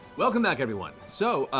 welcome back everyone. so,